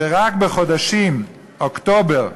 שרק בחודשים אוקטובר,